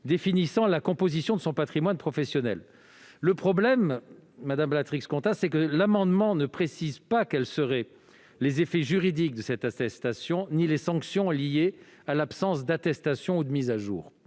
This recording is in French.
définissant la composition de son patrimoine professionnel. Le problème, c'est que l'amendement ne précise pas quels seraient les effets juridiques de cette attestation ni les sanctions liées à l'absence d'attestation ou de mise à jour.